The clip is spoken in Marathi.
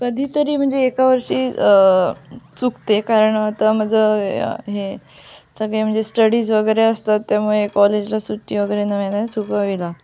कधीतरी म्हणजे एका वर्षी चुकते कारण आता माझं हे सगळे म्हणजे स्टडीज वगैरे असतात त्यामुळे कॉलेजला सुट्टी वगैरे न मिळाल्यास चुकवावी लाग